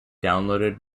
downloaded